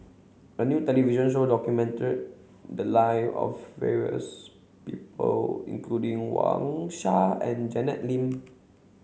a new television show documented the lives of various people including Wang Sha and Janet Lim